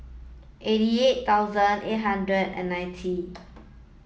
eighty eight thousand eight hundred and ninety